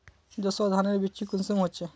जसवा धानेर बिच्ची कुंसम होचए?